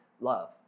love